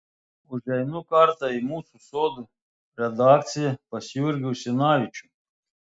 užeinu kartą į mūsų sodų redakciją pas jurgį usinavičių